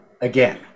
Again